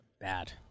Bad